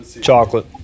Chocolate